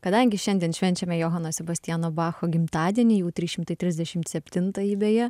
kadangi šiandien švenčiame johano sebastiano bacho gimtadienį jau trys šimtai trisdešimt septintąjį beje